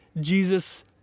Jesus